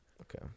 Okay